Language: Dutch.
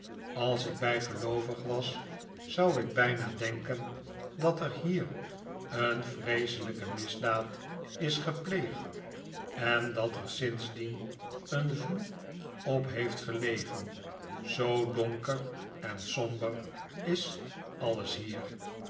als ik bijgeloovig was zou ik bijna denken dat er hier een vreeselijke misdaad is gepleegd en dat er sindsdien een vloek op heeft gelegen zoo donker en somber is alles hier